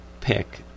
pick